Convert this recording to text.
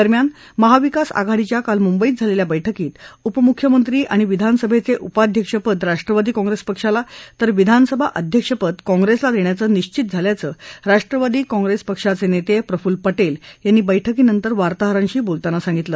दरम्यान महाविकास आघाडीच्या काल मुंबईत झालेल्या बैठकीत उपमुख्यमंत्री आणि विधानसभेचे उपाध्यक्षपद राष्ट्रवादी काँग्रेस पक्षाला तर विधानसभा अध्यक्षपद काँग्रेसला देण्याचं निबित झाल्याचं राष्ट्रवादी काँग्रेस पक्षाचे नेते प्रफुल्ल पटेल यांनी बैठकीनंतर वार्ताहरांशी बोलतांना सांगितलं